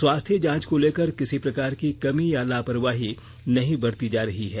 स्वास्थ्य जांच को लेकर किसी प्रकार की कमी या लापरवाही नहीं बरती जा रही है